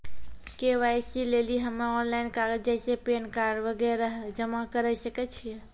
KYC लेली हम्मय online कागज जैसे पैन कार्ड वगैरह जमा करें सके छियै?